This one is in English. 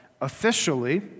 officially